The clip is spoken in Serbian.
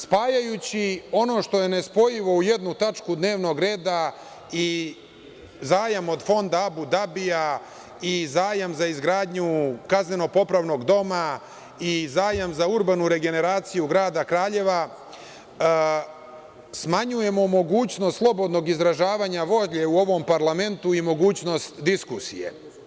Spajajući ono što je nespojivo u jednu tačku dnevnog reda i zajam od Fonda Abu Dabija i zajam za izgradnju kazneno-popravnog doma i zajma za urbanu regeneraciju grada Kraljeva smanjujemo mogućnost slobodnog izražavanja volje u ovom parlamentu i mogućnost diskusije.